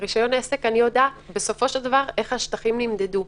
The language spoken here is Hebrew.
רישיון עסק אני יודעת בסופו של דבר איך השטחים נמדדו.